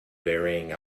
varying